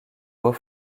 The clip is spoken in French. beau